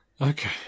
Okay